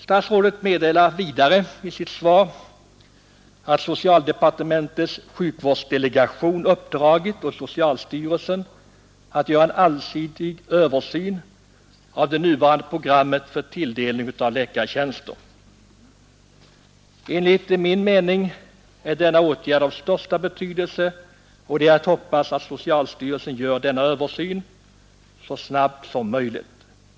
Statsrådet meddelade vidare i sitt svar att socialdepartementets sjukvårdsdelegation uppdragit åt socialstyrelsen att göra en allsidig översyn av det nuvarande programmet för tilldelning av läkartjänster. Enligt min mening är denna åtgärd av stor betydelse, och det är att hoppas att socialslstyrelsen gör denna översyn så snabbt som möjligt.